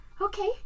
Okay